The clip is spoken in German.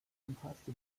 umfasste